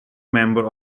member